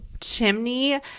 chimney